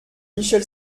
michel